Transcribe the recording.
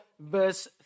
verse